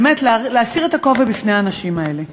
את הכובע בפני האנשים האלה.